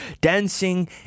dancing